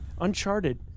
Uncharted